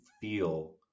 feel